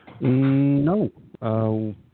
No